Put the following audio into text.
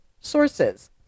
sources